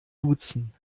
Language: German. duzen